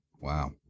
Wow